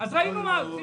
אז ראינו מה היו עושים,